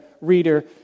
reader